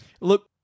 Look